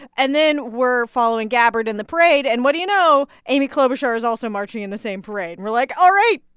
and then we're following gabbard in the parade. and what do you know? amy klobuchar is also marching in the same parade. we're, like, all right.